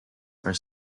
are